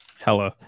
Hello